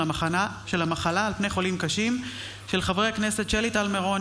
של חברי הכנסת שלי טל מירון,